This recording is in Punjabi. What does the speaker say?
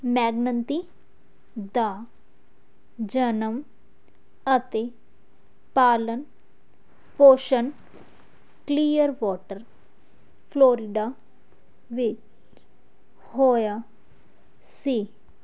ਮੈਗਨੰਤੀ ਦਾ ਜਨਮ ਅਤੇ ਪਾਲਣ ਪੋਸ਼ਣ ਕਲੀਅਰਵਾਟਰ ਫਲੋਰੀਡਾ ਵਿੱਚ ਹੋਇਆ ਸੀ